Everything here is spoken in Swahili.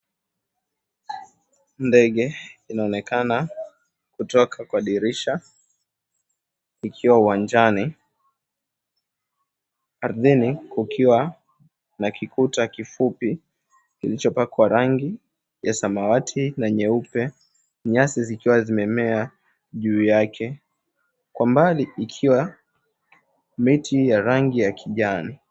Ndege inaonekana kutoka kwa dirisha ikiwa uwanjani, ardhini kukiwa na kikuta kifupi kilichopakwa rangi ya samawati na nyeupe, nyasi zikiwa zimemea juu yake kwa mbali ikiwa miti ya rangi ya kijani.